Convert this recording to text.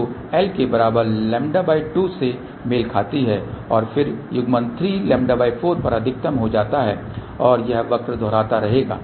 जो l के बराबर λ2 से मेल खाती है और फिर युग्मन 3λ4 पर अधिकतम हो जाता है और वह वक्र दोहराता रहेगा